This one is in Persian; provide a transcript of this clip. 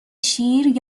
شیر